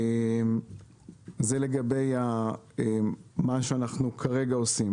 זה לגבי מה שאנחנו כרגע עושים.